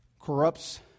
corrupts